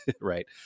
right